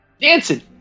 dancing